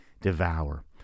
devour